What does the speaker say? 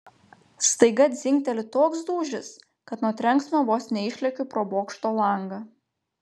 staiga dzingteli toks dūžis kad nuo trenksmo vos neišlekiu pro bokšto langą